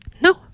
no